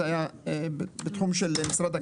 זה היה בתחום של משרד הכלכלה.